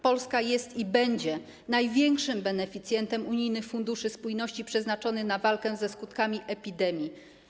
Polska jest i będzie największym beneficjentem unijnych funduszy spójności przeznaczonych na walkę ze skutkami epidemii.